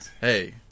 Hey